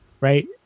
Right